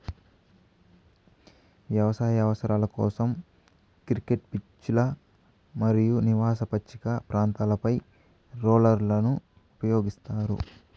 వ్యవసాయ అవసరాల కోసం, క్రికెట్ పిచ్లు మరియు నివాస పచ్చిక ప్రాంతాలపై రోలర్లను ఉపయోగిస్తారు